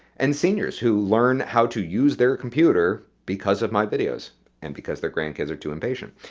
and seniors who learn how to use their computer because of my videos and because their grandkids are too impatient.